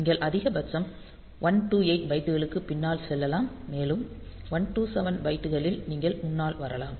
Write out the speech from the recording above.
நீங்கள் அதிகபட்சம் 128 பைட்டுகளுக்குப் பின்னால் செல்லலாம் மேலும் 127 பைட்டுகளில் நீங்கள் முன்னால் வரலாம்